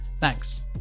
Thanks